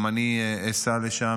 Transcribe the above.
גם אני אסע לשם,